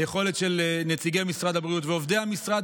היכולת של נציגי משרד הבריאות ועובדי המשרד,